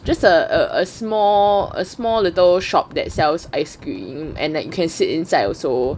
just a small a small little shop that sells ice cream and that you can sit inside also